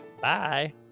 Bye